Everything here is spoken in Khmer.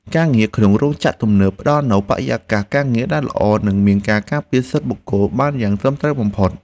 ការងារក្នុងរោងចក្រទំនើបផ្តល់នូវបរិយាកាសការងារដែលល្អ និងមានការការពារសិទ្ធិបុគ្គលិកបានយ៉ាងត្រឹមត្រូវបំផុត។